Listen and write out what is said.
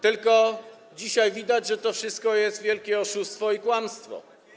Tylko dzisiaj widać, że to wszystko jest wielkie oszustwo i kłamstwo.